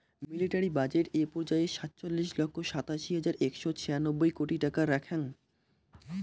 military budget এ পর্যায়ে সাতচল্লিশ লক্ষ সাতাশি হাজার একশো ছিয়ানব্বই কোটি টাকা রাখ্যাং